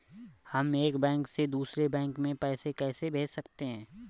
हम एक बैंक से दूसरे बैंक में पैसे कैसे भेज सकते हैं?